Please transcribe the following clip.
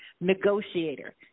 negotiator